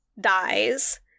dies